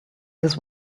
this